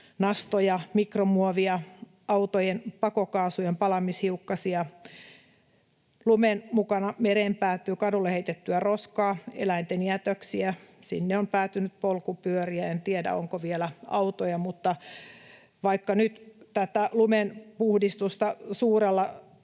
nastoja, mikromuovia ja autojen pakokaasujen palamishiukkasia. Lumen mukana mereen päätyy kadulle heitettyä roskaa ja eläinten jätöksiä. Sinne on päätynyt polkupyöriä — en tiedä, onko vielä autoja. Mutta vaikka nyt tätä lumen puhdistusta suuremmilla